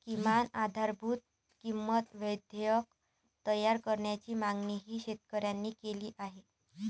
किमान आधारभूत किंमत विधेयक तयार करण्याची मागणीही शेतकऱ्यांनी केली आहे